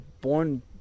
born